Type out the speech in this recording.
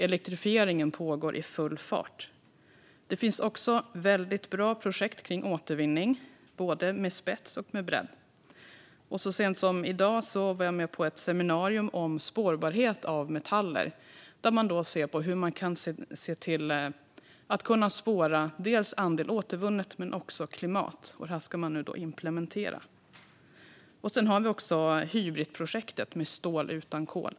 Elektrifieringen pågår också i full fart. Det finns även bra projekt för återvinning, med både spets och bredd. Och så sent som i dag var jag med på ett seminarium om spårbarhet av metaller, där man ser på hur man kan spåra andel återvunnet men också klimat. Detta ska nu implementeras. Sedan har vi Hybritprojektet, med stål utan kol.